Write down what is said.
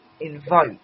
invoke